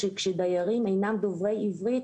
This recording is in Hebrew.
שכשדיירים אינם דוברי עברית,